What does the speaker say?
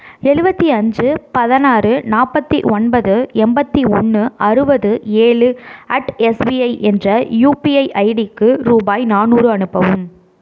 எழுவத்தி அஞ்சு பதினாறு நாற்பத்தி ஒன்பது எண்பத்தி ஒன்று அறுபது ஏழு அட் எஸ்பிஐ என்ற யூபிஐ ஐடிக்கு ரூபாய் நானூறு அனுப்பவும்